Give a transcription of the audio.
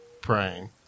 praying